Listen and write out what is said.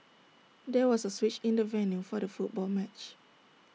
there was A switch in the venue for the football match